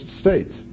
states